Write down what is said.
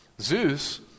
Zeus